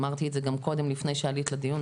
אמרתי את זה גם קודם לפני שעלית לדיון,